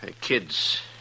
kids